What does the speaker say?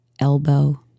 elbow